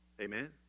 Amen